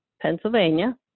Pennsylvania